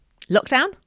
lockdown